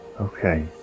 Okay